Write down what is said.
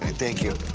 and thank you.